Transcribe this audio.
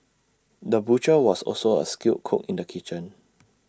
the butcher was also A skilled cook in the kitchen